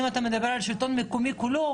אם אתה מדבר על השלטון המקומי כולו,